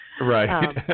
Right